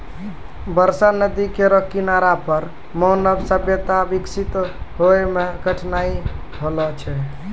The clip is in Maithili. बरसा नदी केरो किनारा पर मानव सभ्यता बिकसित होय म कठिनाई होलो छलै